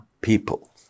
people